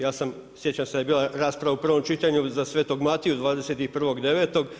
Ja sam sjećam se da je bila rasprava u prvom čitanju za svetog Matiju 21.9.